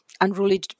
unruly